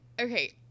Okay